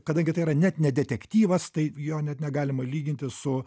kadangi tai yra net ne detektyvas tai jo net negalima lyginti su